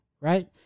right